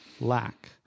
lack